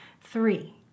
Three